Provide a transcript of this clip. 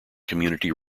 community